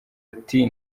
ati